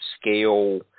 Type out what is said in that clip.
scale